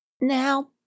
Now